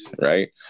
right